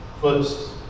first